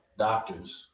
doctors